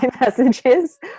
messages